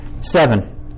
seven